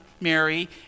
Mary